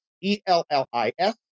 E-L-L-I-S